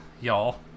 y'all